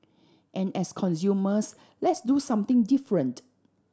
and as consumers let's do something different